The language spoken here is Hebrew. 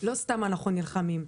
לא סתם אנחנו נלחמים.